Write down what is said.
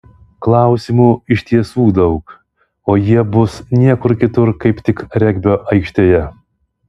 klausimų iš tiesų daug o jie bus niekur kitur kaip tik regbio aikštėje